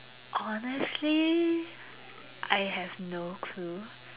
honestly I have no clue